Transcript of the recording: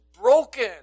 broken